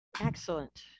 Excellent